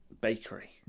Bakery